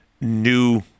new